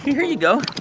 here you go